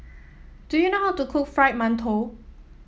do you know how to cook Fried Mantou